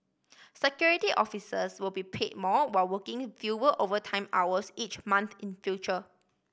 Security Officers will be pay more while working fewer overtime hours each month in future